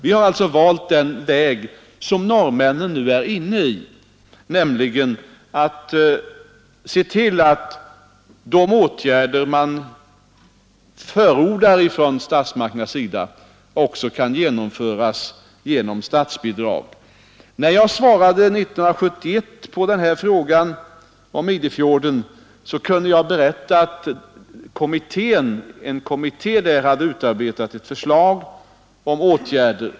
Vi har valt den väg som norrmännen nu är inne på, nämligen att se till att de åtgärder statsmakterna förordar också kan genomföras med statsbidrag. När jag 1971 svarade på den här frågan om Idefjorden kunde jag berätta att en kommitté i Norge hade utarbetat ett förslag till åtgärder.